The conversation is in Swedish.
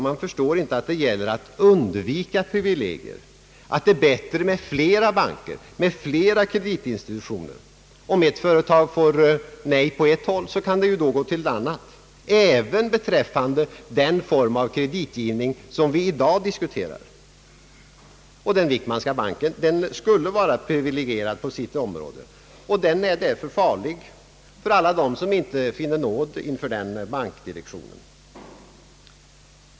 Man förstår inte att det gäller att undvika privilegier, att det är bättre med flera banker, med flera kreditinstitutioner. Om ett företag får nej på ett håll kan det då gå till ett annat, även beträffande den form av kreditgivning som vi i dag diskuterar. Den Wickmanska banken skulle vara privilegierad på sitt område. Den är därför farlig för alla dem som inte finner nåd inför den bankdirektionen.